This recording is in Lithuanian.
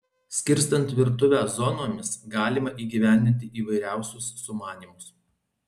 skirstant virtuvę zonomis galima įgyvendinti įvairiausius sumanymus